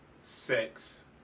sex